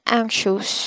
anxious